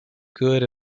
good